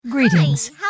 Greetings